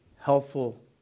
helpful